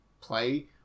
play